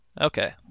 Okay